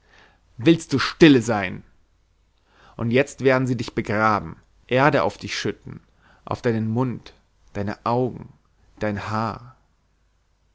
willst du stille sein und jetzt werden sie dich begraben erde auf dich schütten auf deinen mund deine augen dein haar